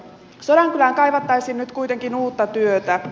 sodankylään kaivattaisiin nyt kuitenkin uutta työtä